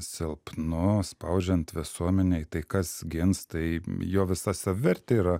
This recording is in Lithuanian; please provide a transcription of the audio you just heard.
silpnu spaudžiant visuomenei tai kas gins tai jo visa savivertė yra